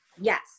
Yes